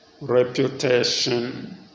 reputation